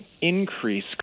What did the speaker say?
increase